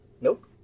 Nope